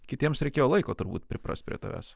kitiems reikėjo laiko turbūt priprast prie tavęs